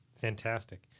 fantastic